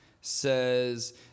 says